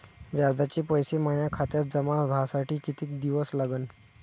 व्याजाचे पैसे माया खात्यात जमा व्हासाठी कितीक दिवस लागन?